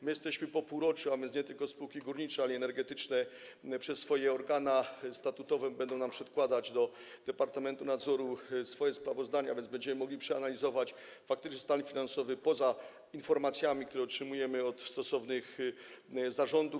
My jesteśmy po półroczu, a więc nie tylko spółki górnicze, ale i energetyczne przez swoje organy statutowe będą nam przedkładać, do departamentu nadzoru, swoje sprawozdania, więc będziemy mogli przeanalizować faktyczny stan finansowy, poza informacjami, które otrzymujemy od stosownych zarządów.